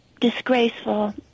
disgraceful